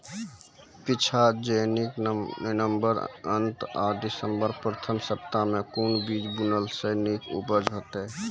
पीछात जेनाकि नवम्बर अंत आ दिसम्बर प्रथम सप्ताह मे कून बीज बुनलास नीक उपज हेते?